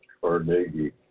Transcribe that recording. Carnegie